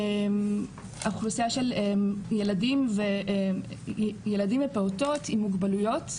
האוכלוסייה של ילדים ופעוטות עם מוגבלויות,